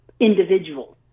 individuals